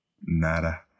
Nada